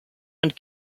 and